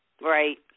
Right